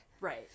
Right